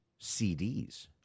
CDs